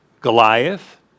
Goliath